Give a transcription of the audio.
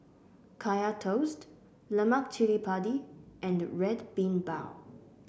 Kaya Toast Lemak Cili Padi and Red Bean Bao